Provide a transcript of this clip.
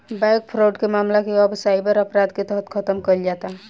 bank fraud के मामला के अब साइबर अपराध के तहत खतम कईल जाता